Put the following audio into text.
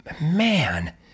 Man